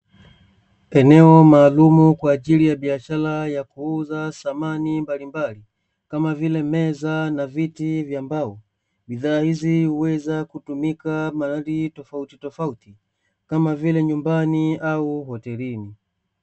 Eneo maalumu kwa ajili ya biashara ya kuuza samani mbalimbali kamavile meza na viti vya mbao. Bidhaa hizi huweza kutumika mahali tofautitofauti kama vile nyumbani au hotelini.